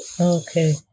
Okay